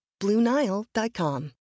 BlueNile.com